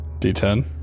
D10